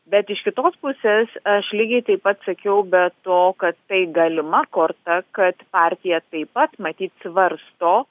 bet iš kitos pusės aš lygiai taip pat sakiau be to kad tai galima korta kad partija taip pat matyt svarsto